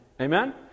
Amen